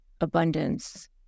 abundance